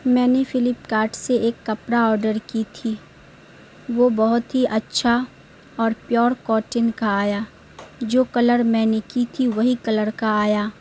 میں نے فلپکارٹ سے ایک کپڑا آڈر کی تھی وہ بہت ہی اچھا اور پیور کاٹن کا آیا جو کلر میں نے کی تھی وہی کلر کا آیا